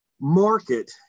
market